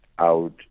out